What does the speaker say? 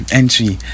entry